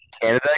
Canada